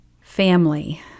Family